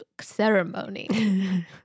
ceremony